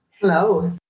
Hello